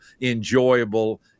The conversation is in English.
enjoyable